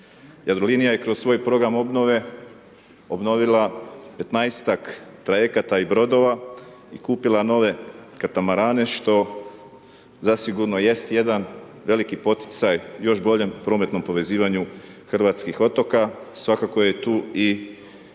Jadrolinija je kroz svoj program obnove obnovila 15-ak trajekata i brodova i kupila nove katamarane što zasigurno jest jedan veliki poticaj još boljem prometnom povezivanje hrvatskih otoka. Svakako je tu i